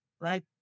right